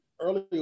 earlier